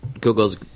Google's